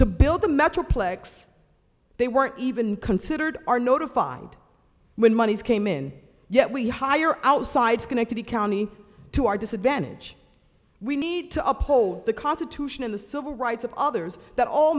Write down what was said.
to build the metroplex they weren't even considered are notified when monies came in yet we hire outside schenectady county to our disadvantage we need to uphold the constitution in the civil rights of others that